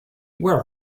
where